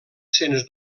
sens